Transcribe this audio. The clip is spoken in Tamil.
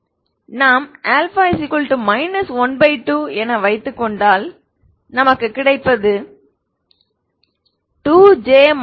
நான் α 12 என வைத்தால் எனக்கு கிடைப்பது